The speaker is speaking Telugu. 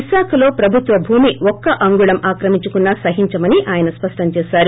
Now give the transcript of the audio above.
విశాఖలో ప్రభుత్వ భూమి ఒక్క అంగుళ్లం అక్రమించుకున్నా సహించమని ఆయన స్పష్టం చేశారు